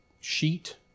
sheet